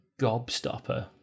Gobstopper